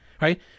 Right